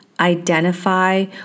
identify